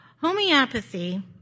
Homeopathy